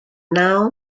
naw